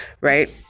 right